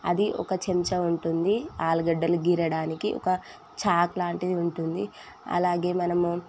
అది ఒక చెంచా ఉంటుంది ఆలుగడ్డలు గీరడానికి ఒక చాకు లాంటిది ఉంటుంది అలాగే మనము